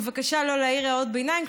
בבקשה לא להעיר הערות ביניים.